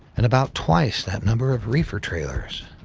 and about twice that number of reefer trailers.